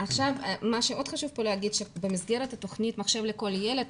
מה שעוד חשוב לומר זה שבמסגרת התוכנית מחשב לכל ילד,